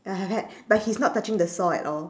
ya have hat but he's not touching the saw at all